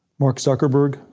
mark zuckerburg.